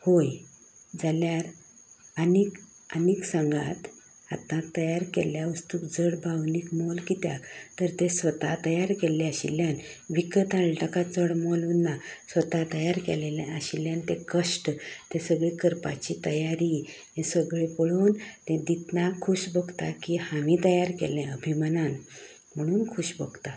व्होय जाल्यार आनीक आनीक सागांत हातान तयार केल्या वस्तूंक चड भावनीक मोल कित्याक तर तें स्वता तयार केल्लें आशिल्ल्यान विकत हाडला तेका चड मोल उरना स्वता तयार केल्लेलें आशिल्ल्यान तें कश्ट तें सगळें करपाची तयारी तें सगळें पळोवन तें दितना खुश भोगतां की हांवें तयार केल्ले अभिमानान म्हणून खूश भोगता